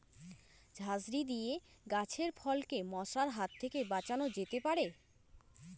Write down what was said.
ঝাঁঝরি দিয়ে গাছের ফলকে মশার হাত থেকে বাঁচানো যেতে পারে?